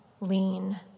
lean